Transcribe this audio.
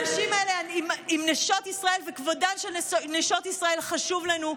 אם נשות ישראל וכבודן של נשות ישראל חשוב לנו,